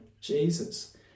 Jesus